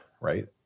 right